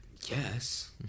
Yes